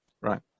right